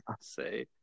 say